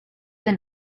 been